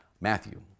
Matthew